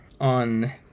on